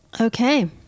Okay